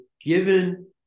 given